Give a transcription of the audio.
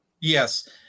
Yes